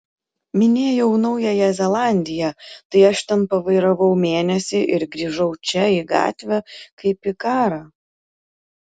minėjau naująją zelandiją tai aš ten pavairavau mėnesį ir grįžau čia į gatvę kaip į karą